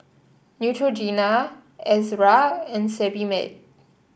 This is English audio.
Neutrogena Ezerra and Sebamed